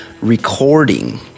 recording